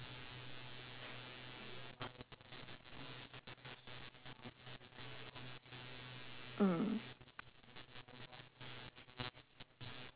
mm